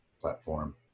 platform